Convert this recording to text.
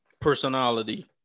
personality